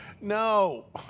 no